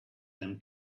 them